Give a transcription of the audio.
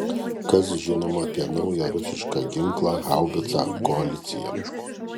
kas žinoma apie naują rusišką ginklą haubicą koalicija